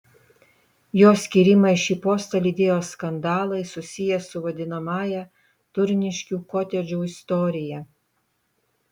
jo skyrimą į šį postą lydėjo skandalai susiję su vadinamąja turniškių kotedžų istorija